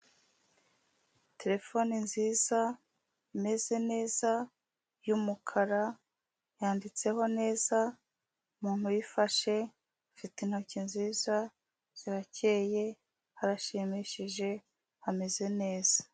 Terefone nziza, imeze neza y'umukara, yanditseho neza, umuntu uyifashe afite intoki nziza zirakeye, arashimishije, ameze neza.